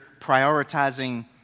prioritizing